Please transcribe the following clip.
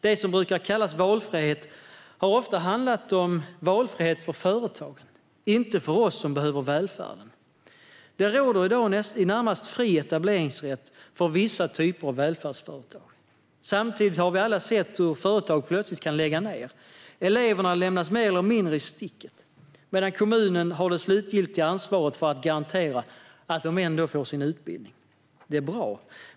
Det som brukar kallas valfrihet har oftare handlat om valfrihet för företag, inte för oss som behöver välfärden. Det råder i dag i det närmaste fri etableringsrätt för vissa typer av välfärdsföretag. Samtidigt har vi alla sett hur företag plötsligt kan lägga ned. Eleverna lämnas mer eller mindre i sticket, medan kommunen har det slutgiltiga ansvaret för att garantera att de ändå får sin utbildning. Det är bra.